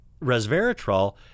Resveratrol